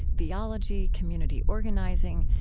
theology, community organizing,